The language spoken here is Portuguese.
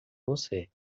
você